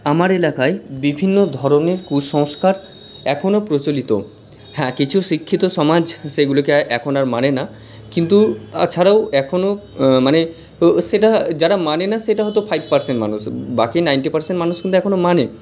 আমার এলাকায় বিভিন্ন ধরনের কুসংস্কার এখনও প্রচলিত হ্যাঁ কিছু শিক্ষিত সমাজ সেগুলোকে এখন আর মানে না কিন্তু তাছাড়াও এখনও মানে সেটা যারা মানে না সেটা হয়তো ফাইভ পারসেন্ট মানুষ বাকি নাইন্টি পারসেন্ট মানুষ কিন্তু এখনও মানে